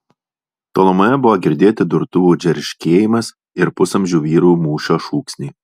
tolumoje buvo girdėti durtuvų džerškėjimas ir pusamžių vyrų mūšio šūksniai